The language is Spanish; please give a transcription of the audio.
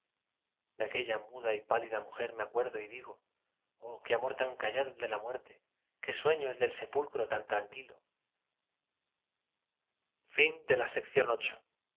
aquella muda y pálida mujer me acuerdo y digo oh qué amor tan callado el de la muerte qué sueño el del sepulcro tan tranquilo fin